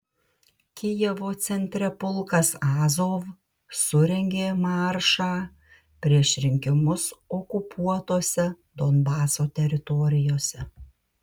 kijevo centre pulkas azov surengė maršą prieš rinkimus okupuotose donbaso teritorijose